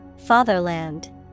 Fatherland